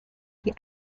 die